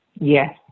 yes